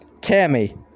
Tammy